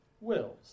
wills